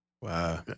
Wow